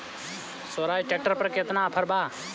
सोहराज tractor पर केतना offer बा?